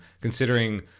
considering